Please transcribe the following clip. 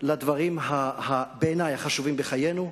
לדברים שהם בעיני החשובים בחיינו.